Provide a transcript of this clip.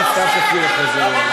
גם סתיו שפיר אחרי זה.